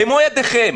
במו ידיכם,